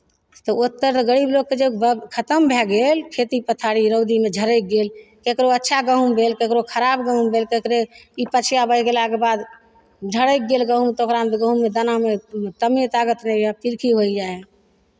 तऽ ओतेक तऽ गरीब लोकके जे खतम भए गेल खेती पथारी रौदीमे झरकि गेल ककरो अच्छा गहुम भेल ककरो खराब गहुम भेल ककरो ई पछिया बहि गेलाके बाद झरकि गेल गहुम तऽ ओकरामे तऽ गहुममे दानामे